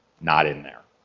not in their.